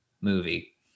movie